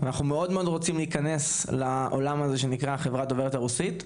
אנחנו רוצים להיכנס לעולם הזה שנקרא חברה דוברת רוסית,